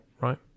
right